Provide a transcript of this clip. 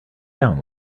down